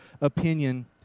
opinion